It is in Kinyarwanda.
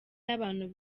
y’abantu